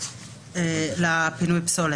על ניקיון הסביבה וכל האמצעים הדרושים לניקיון".